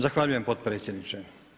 Zahvaljujem potpredsjedniče.